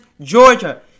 Georgia